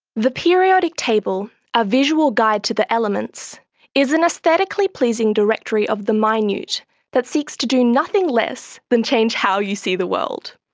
the periodic table a visual guide to the elements is an aesthetically pleasing directory of the minute that seeks to do nothing less than change how you see the world.